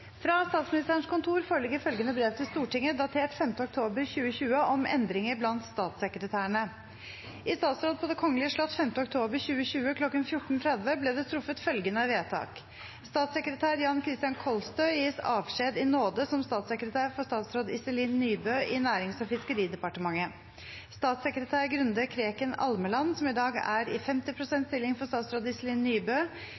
Fra Statsministerens kontor foreligger følgende brev til Stortinget, datert 5. oktober 2020, om endringer blant statssekretærene: «I statsråd på Det Kongelige Slott 5. oktober 2020 kl. 1430 ble det truffet følgende vedtak: Statssekretær Jan-Christian Kolstø gis avskjed i nåde som statssekretær for statsråd Iselin Nybø i Nærings- og fiskeridepartementet. Statssekretær Grunde Kreken Almeland, som i dag er i 50